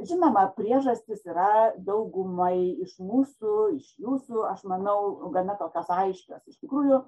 žinoma priežastys yra daugumai iš mūsų iš jūsų aš manau gana kol kas aiškios iš tikrųjų